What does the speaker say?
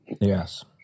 Yes